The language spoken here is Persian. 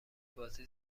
بازی